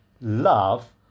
love